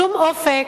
שום אופק,